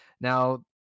Now